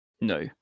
No